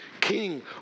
king